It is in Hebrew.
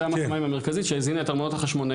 זה אמת המים המרכזית שהזינה את ארמונות החשמונאים.